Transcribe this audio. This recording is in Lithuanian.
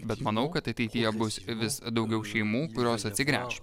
bet manau kad ateityje bus vis daugiau šeimų kurios atsigręš